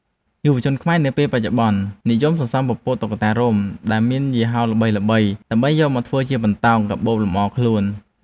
យុវជនខ្មែរនាពេលបច្ចុប្បន្ននិយមសន្សំពពួកតុក្កតារោមដែលមានយីហោល្បីៗ ដើម្បីយកមកធ្វើជាបន្តោងកាបូបលម្អខ្លួន។